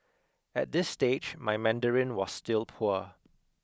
at this stage my Mandarin was still poor